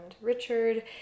Richard